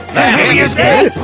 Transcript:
heavy is dead!